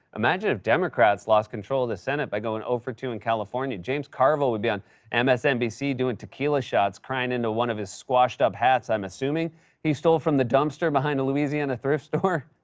imagine if democrats lost control of the senate by going zero two in california. james carville would be on and msnbc doing tequila shots, crying into one of his squashed-up hats i'm assuming he stole from the dumpster behind a louisiana thrift store.